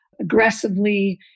aggressively